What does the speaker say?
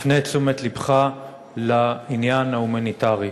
מפנה את תשומת לבך לעניין ההומניטרי.